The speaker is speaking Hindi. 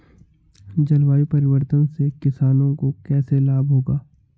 जलवायु परिवर्तन से किसानों को कैसे लाभ होगा?